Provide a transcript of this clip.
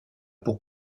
pour